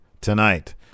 tonight